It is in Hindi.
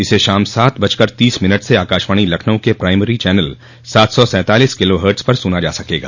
इसे शाम सात बजकर तीस मिनट से आकाशवाणी लखनऊ के प्राइमरी चैनल सात सौ सैंतालिस किला हार्ट्स पर सुना जा सकेगा